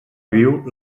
viu